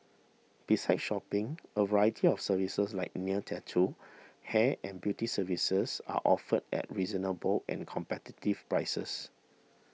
besides shopping a variety of services like nails tattoo hair and beauty services are offered at reasonable and competitive prices